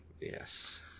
Yes